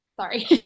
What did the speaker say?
sorry